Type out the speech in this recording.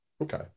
Okay